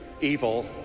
evil